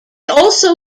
also